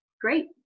Great